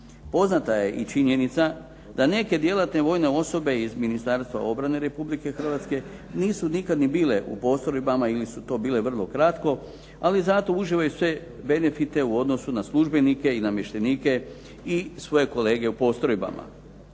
Poznata je i činjenica da neke djelatne vojne osobe iz Ministarstva obrane Republike Hrvatske nisu nikad ni bile u postrojbama ili su to bile vrlo kratko, ali zato uživaju sve benefite u odnosu na službenike i namještenike i svoje kolege u postrojbama.